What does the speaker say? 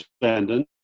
abandoned